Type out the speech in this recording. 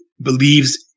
believes